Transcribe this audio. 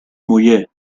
muller